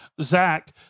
Zach